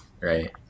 right